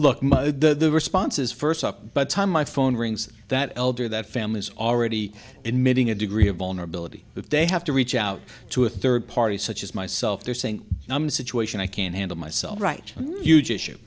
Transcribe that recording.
look the response is first up but time my phone rings that elder that family is already emitting a degree of vulnerability if they have to reach out to a third party such as myself they're saying i'm situation i can't handle myself right huge issue